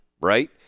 right